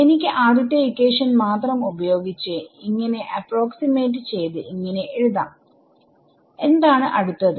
എനിക്ക് ആദ്യത്തെ ഇക്വേഷൻ മാത്രം ഉപയോഗിച്ച് നെ അപ്രോക്സിമേറ്റ് ചെയ്ത് ഇങ്ങനെ എഴുതാം എന്താണ് അടുത്തത്